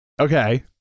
Okay